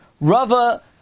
Rava